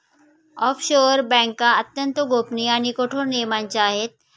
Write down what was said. offshore बँका अत्यंत गोपनीय आणि कठोर नियमांच्या आहे